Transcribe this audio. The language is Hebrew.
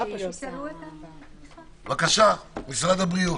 משרד הבריאות.